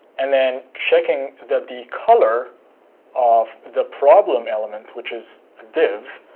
and then checking that the color of the problem element, which is a div,